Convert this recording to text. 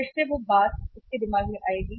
फिर से वह बात उसके दिमाग में आएगी